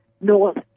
North